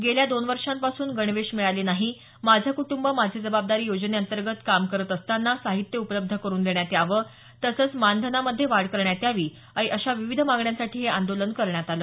गेल्या दोन वर्षांपासून गणवेश मिळाले नाही माझं कुटुंब माझे जबाबदारी योजने अंतर्गत काम करत असताना साहित्य उपलब्ध करून देण्यात यावं तसंच मानधनामध्ये वाढ करण्यात यावी अशा विविध मागण्यांसांठी हे आंदोलन करण्यात आलं